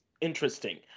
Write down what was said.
interesting